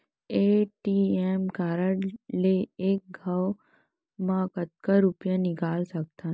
ATM card ले एक घव म कतका रुपिया निकाल सकथव?